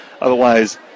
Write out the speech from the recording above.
Otherwise